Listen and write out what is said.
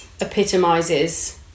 epitomizes